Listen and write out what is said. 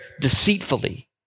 deceitfully